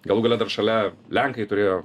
galų gale dar šalia lenkai turėjo